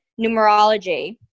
numerology